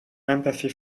empathy